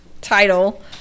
title